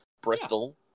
Bristol